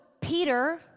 Peter